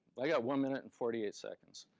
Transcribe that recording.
like got one minute and forty eight seconds.